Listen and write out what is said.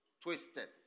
twisted